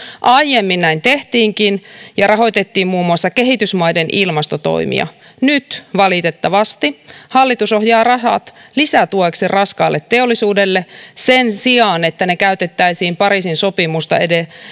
aiemmin näin tehtiinkin ja rahoitettiin muun muassa kehitysmaiden ilmastotoimia nyt hallitus valitettavasti ohjaa rahat lisätueksi raskaalle teollisuudelle sen sijaan että ne käytettäisiin pariisin sopimusta